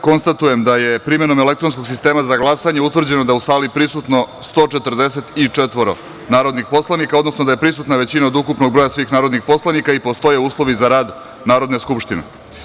Konstatujem da je primenom elektronskog sistema za glasanje utvrđeno da je u sali prisutno 144 narodna poslanika, odnosno da je prisutna većina od ukupnog broja svih narodnih poslanika i da postoje uslovi za rad Narodne skupštine.